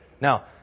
Now